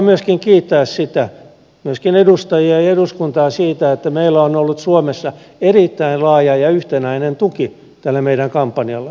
haluan kiittää myöskin edustajia ja eduskuntaa siitä että meillä on ollut suomessa erittäin laaja ja yhtenäinen tuki tälle meidän kampanjallemme